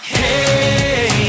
hey